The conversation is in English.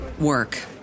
work